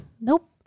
Nope